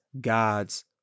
God's